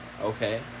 Okay